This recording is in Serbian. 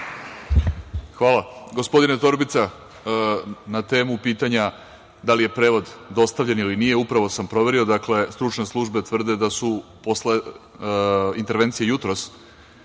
Zahvaljujem. Gospodine Torbica, na temu pitanja da li je prevod dostavljen ili nije, upravo sam proverio, stručne službe tvrde da su posle intervencije jutros,